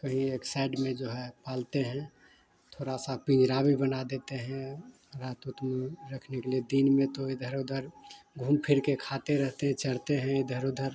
कहीं एक सइड में जो है पालते हैं थोड़ा सा पिंजरा भी बना देते हैं रात ओत में रखने के लिए दिन में तो इधर उधर घूम फिर कर खाते रहते हैं चरते हैं इधर उधर